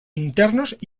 internos